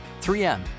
3M